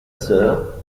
sœur